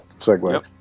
segue